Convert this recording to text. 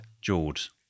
George